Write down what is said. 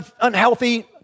unhealthy